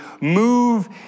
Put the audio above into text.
move